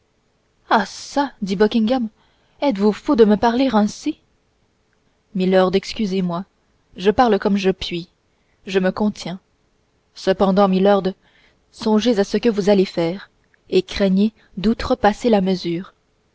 ah çà dit buckingham êtes-vous fou de me parler ainsi milord excusez-moi je parle comme je puis je me contiens cependant milord songez à ce que vous allez faire et craignez d'outrepasser la mesure